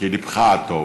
כלבך הטוב,